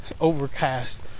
overcast